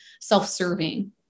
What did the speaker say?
self-serving